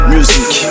Music